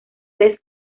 vez